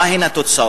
מה הן התוצאות?